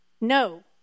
No